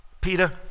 Peter